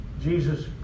Jesus